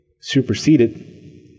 superseded